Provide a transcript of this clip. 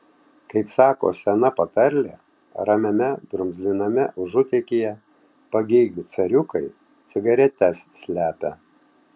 kaip sako sena patarlė ramiame drumzliname užutėkyje pagėgių cariukai cigaretes slepia